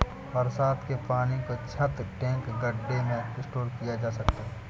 बरसात के पानी को छत, टैंक, गढ्ढे में स्टोर किया जा सकता है